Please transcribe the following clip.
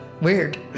Weird